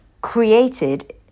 created